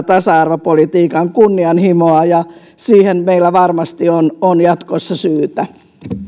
tasa arvopolitiikan kunnianhimoa ja siihen meillä varmasti on on jatkossa syytä